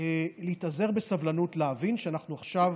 להתאזר בסבלנות, להבין שאנחנו עכשיו